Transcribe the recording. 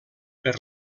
per